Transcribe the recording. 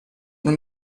non